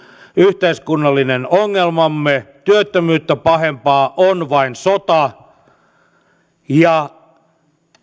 yhteiskunnallinen ongelmamme työttömyyttä pahempaa on vain sota